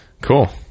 Cool